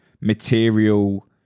material